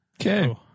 Okay